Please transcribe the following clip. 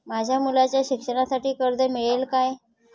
माझ्या मुलाच्या शिक्षणासाठी कर्ज मिळेल काय?